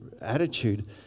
attitude